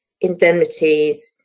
indemnities